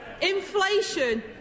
Inflation